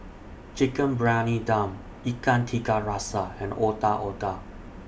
Chicken Briyani Dum Ikan Tiga Rasa and Otak Otak